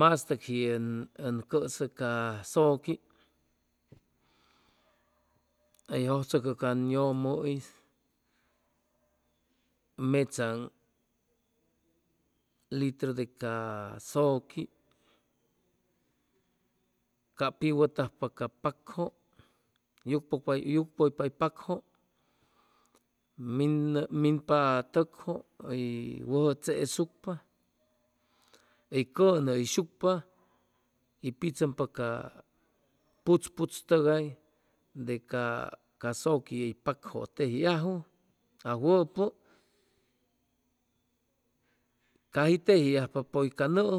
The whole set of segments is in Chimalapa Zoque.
Mastʉkji ʉn cʉsʉ ca zʉqui hʉy jʉjchʉcʉ an yʉmʉ'is mechaaŋ litro de ca zʉqui cap piwʉtajpa ca pakjʉ yucpʉypak pakjʉ minʉ minpa tʉkjʉ hʉy wʉjʉ chesucpa hʉy cʉnʉhʉyshucpa y pichʉmpa ca puchpuch tʉgay de ca ca zʉqui pakjʉ tejiajwʉ awʉpʉ caji teji ajpa pʉy ca nʉjʉ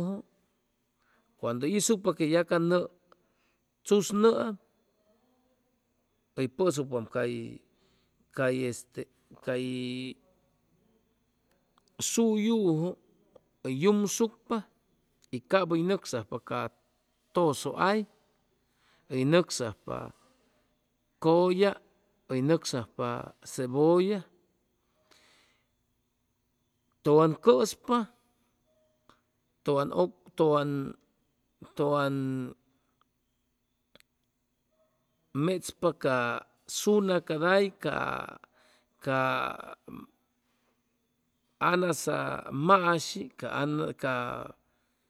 cuando hʉy isucpa que ya ca nʉʉ chusnʉam hʉy pʉsucpam cay cay este cay suyujʉ hʉy yumsucpa y cap hʉy nʉcsajpa ca tʉsʉ hay, hʉy nʉcsajpa cʉya, hʉy nʉcsajpa cebolla tʉwan cʉspa tʉwan tʉwan mechpa sunaca hay ca ca anasa mashi ca ca